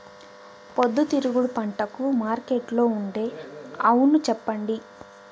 పొద్దుతిరుగుడు పంటకు మార్కెట్లో ఉండే అవును చెప్పండి?